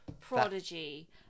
Prodigy